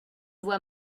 vois